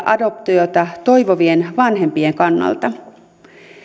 adoptiota toivovien vanhempien kannalta